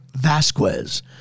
Vasquez